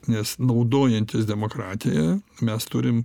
nes naudojantis demokratija mes turim